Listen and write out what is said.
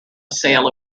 sale